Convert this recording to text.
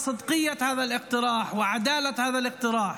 חקירה פרלמנטרית בעניין האלימות והפשיעה,